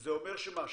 זה אומר שמה,